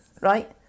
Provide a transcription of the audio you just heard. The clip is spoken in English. Right